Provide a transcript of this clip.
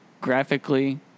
graphically